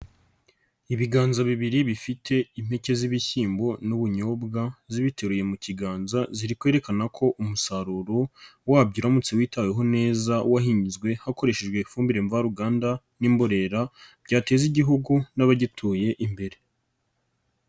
Ibiganza bibiri bifite impeke z'ibishyimbo n'ubunyobwa zibiteruye mu kiganza, ziri kwerekana ko umusaruro wabyo uramutse witaweho neza, wahinzwe hakoreshejwe ifumbire mvaruganda n'imborera byateza Igihugu n'abagituye imbere.